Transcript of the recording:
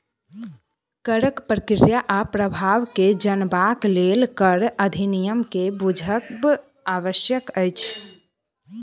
करक प्रक्रिया आ प्रभाव के जनबाक लेल कर अधिनियम के बुझब आवश्यक अछि